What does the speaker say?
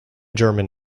german